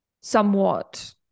somewhat